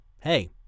Hey